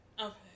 Okay